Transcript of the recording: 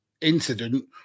incident